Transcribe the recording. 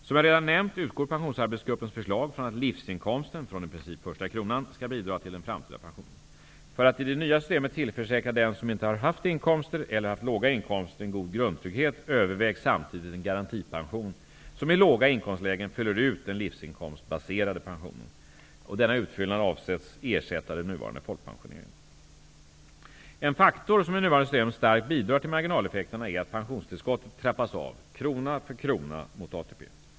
Som jag redan nämnt utgår Pensionsarbetsgruppens förslag från att livsinkomsten från i princip första kronan skall bidra till den framtida pensionen. För att i det nya systemet tillförsäkra dem som inte haft inkomster eller haft låga inkomster en god grundtrygghet övervägs samtidigt en garantipension som i låga inkomstlägen fyller ut den livsinkomstbaserade pensionen. Denna utfyllnad avses ersätta den nuvarande folkpensioneringen. En faktor som i nuvarande system starkt bidrar till marginaleffekterna är att pensionstillskottet trappas av krona för krona mot ATP.